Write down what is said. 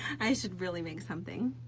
i should really make something.